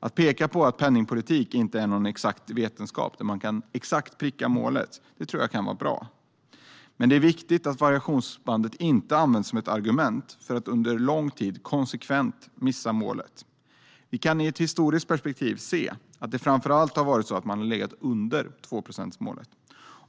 Att peka på att penningpolitik inte är någon exakt vetenskap där man exakt kan pricka målet tror jag kan vara bra. Men det är viktigt att variationsbandet inte används som ett argument för att under lång tid konsekvent missa målet. Vi kan i ett historiskt perspektiv se att det framför allt har varit så att man legat under tvåprocentsmålet.